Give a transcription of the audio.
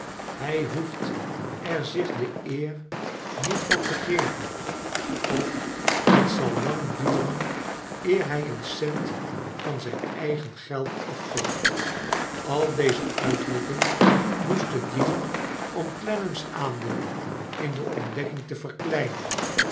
hij hoeft er zich de eer niet van te geven of het zal lang duren eer hij een cent van zijn eigen geld afgeeft i al deze uitroepen moesten dienen om clennam's aandeel in de ontdekking te verkleinen